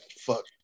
fuck